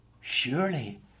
Surely